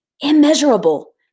Immeasurable